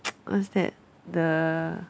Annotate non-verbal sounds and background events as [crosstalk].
[noise] what's that the